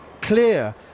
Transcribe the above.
clear